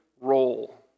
role